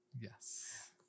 Yes